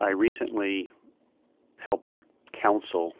i recently helped counsel